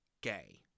gay